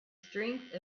strength